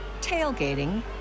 tailgating